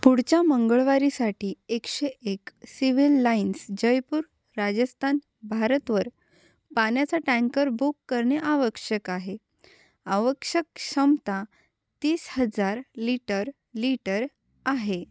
पुढच्या मंगळवारीसाठी एकशे एक सिव्हल लाईन्स जयपूर राजस्थान भारतवर पाण्याचा टँकर बुक करणे आवश्यक आहे आवश्यक क्षमता तीस हजार लिटर लिटर आहे